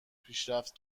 پیشرفت